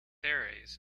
aires